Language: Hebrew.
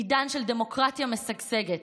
עידן של דמוקרטיה משגשגת,